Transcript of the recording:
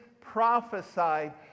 prophesied